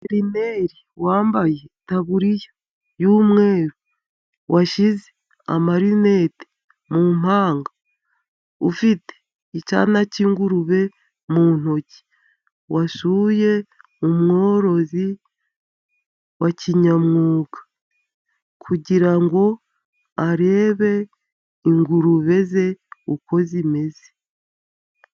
Veterineri wambaye itaburiya y'umweru washyize amarinete mu mpanga, ufite ikibwana cy'ingurube mu ntoki wasuye umworozi wa kinyamwuga, kugira ngo arebe ingurube ze uko zimeze.